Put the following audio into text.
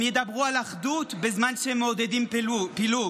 הם ידברו על אחדות בזמן שהם מעודדים פילוג.